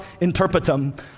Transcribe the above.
interpretum